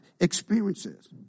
experiences